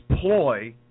ploy